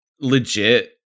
legit